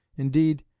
indeed,